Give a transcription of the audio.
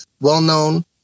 well-known